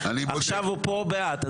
עכשיו הוא פה בעד,